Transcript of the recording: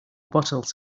bottles